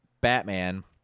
Batman